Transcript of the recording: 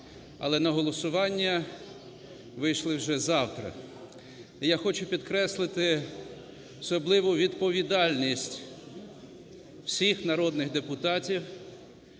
але на голосування вийшли вже завтра. І я хочу підкреслити особливу відповідальність всіх народних депутатів